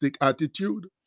attitude